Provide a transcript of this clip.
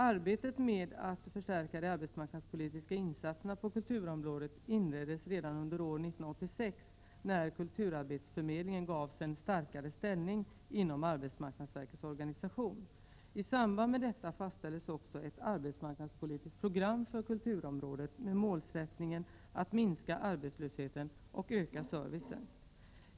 Arbetet med att förstärka de arbetsmarknadspolitiska insatserna på kulturområdet inleddes redan under år 1986 när kulturarbetsförmedlingen gavs en starkare ställning inom arbetsmarknadsverkets organisation. I samband med detta fastställdes också ett arbetsmarknadspolitiskt program för kulturområdet med målsättningen att minska arbetslösheten och öka servicen.